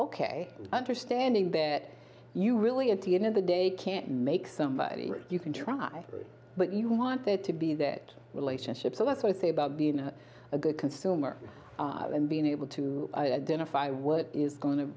ok understanding that you really at the end of the day can't make somebody you can try but you want there to be that relationship so that's one thing about being a good consumer and being able to identify what is going to